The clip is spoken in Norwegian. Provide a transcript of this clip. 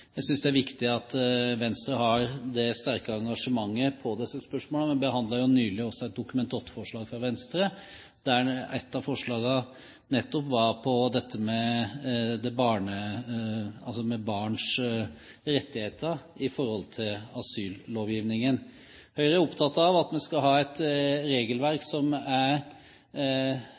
Jeg synes det er viktig at Venstre har det sterke engasjementet i disse spørsmålene. Vi behandlet nylig et Dokument nr. 8-forslag fra Venstre der et av forslagene nettopp gikk på dette med barns rettigheter knyttet til asyllovgivningen. Høyre er opptatt av at vi skal ha et regelverk som er